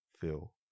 feel